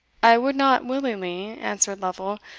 i would not willingly, answered lovel,